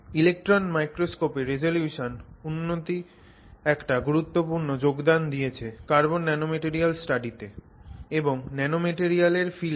electron মাইক্রোস্কোপের রিজোলিউশনে উন্নতি একটা গুরুত্বপূর্ণ যোগদান দিয়েছে কার্বন ন্যানোম্যাটেরিয়াল স্টাডি তে এবং ন্যানোম্যাটেরিয়ালের ফিল্ডে